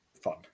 fun